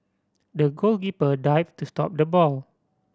the goalkeeper dived to stop the ball